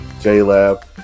J-Lab